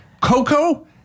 Coco